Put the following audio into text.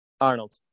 arnold